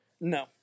No